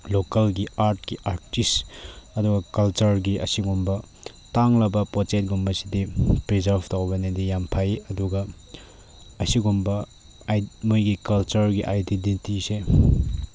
ꯂꯣꯀꯦꯜꯒꯤ ꯑꯥꯔꯠꯀꯤ ꯑꯥꯔꯇꯤꯁ ꯑꯗꯨꯒ ꯀꯜꯆꯔꯒꯤ ꯑꯁꯤꯒꯨꯝꯕ ꯇꯥꯡꯂꯕ ꯄꯣꯠ ꯆꯩꯒꯨꯝꯕꯁꯤꯗꯤ ꯄ꯭ꯔꯤꯖꯥꯔꯞ ꯇꯧꯕꯅꯗꯤ ꯌꯥꯝ ꯐꯩ ꯑꯗꯨꯒ ꯑꯁꯤꯒꯨꯝꯕ ꯃꯣꯏꯒꯤ ꯀꯜꯆꯔꯒꯤ ꯑꯥꯏꯗꯦꯟꯗꯤꯇꯤꯁꯦ